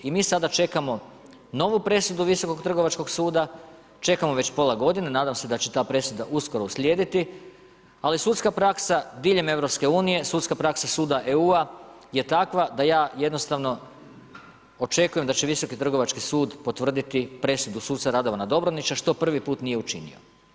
I mi sada čekamo novu presudu Visokog trgovačkog suda, čekamo već pola godine, nadam se da će ta presuda uskoro uslijediti, ali sudska praksa diljem EU, sudska praksa suda EU, je takva da ja jednostavno, očekujem da će Visoki trgovački sud, potvrditi presudu suca Radovana Dobranića, što prvi put nije učinio.